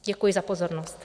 Děkuji za pozornost.